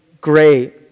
great